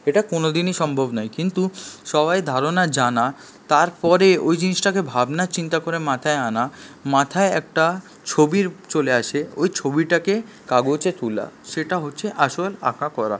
এটা কোনোদিনই সম্ভব নয় কিন্তু সবাইয়ের ধারণা জানা তারপরে ওই জিনিসটাকে ভাবনা চিন্তা করে মাথায় আনা মাথায় একটা ছবির চলে আসে ওই ছবিটাকে কাগজে তোলা সেটা হচ্ছে আসল আঁকা করা